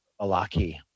Alaki